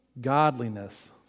godliness